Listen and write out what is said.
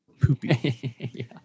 poopy